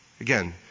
Again